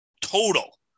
total